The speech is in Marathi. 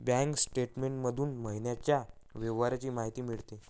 बँक स्टेटमेंट मधून महिन्याच्या व्यवहारांची माहिती मिळते